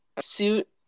suit